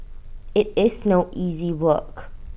IT is no easy work